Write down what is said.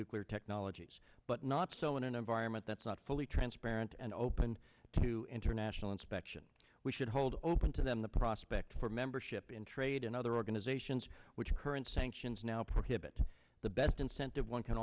nuclear technologies but not so in an environment that's not fully transparent and open to international inspection we should hold open to them the prospect for membership in trade and other organizations which current sanctions now prohibit the best incentive one can